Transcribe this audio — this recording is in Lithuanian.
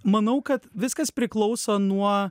manau kad viskas priklauso nuo